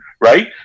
right